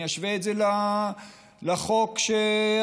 אני אשווה את זה לחוק שאתם,